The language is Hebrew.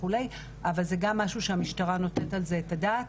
אבל זה גם משהו שהמשטרה נותנת על זה את הדעת,